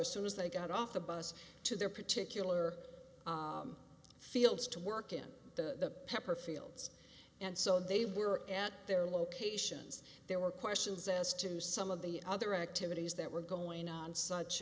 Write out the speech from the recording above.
as soon as they got off the bus to their particular fields to work in the pepper fields and so they were at their locations there were questions as to some of the other activities that were going on such